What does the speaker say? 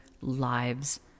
lives